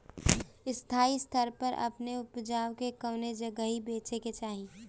स्थानीय स्तर पर अपने ऊपज के कवने जगही बेचे के चाही?